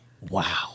Wow